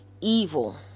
evil